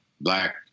black